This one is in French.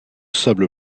sable